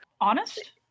Honest